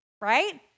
right